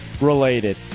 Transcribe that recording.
related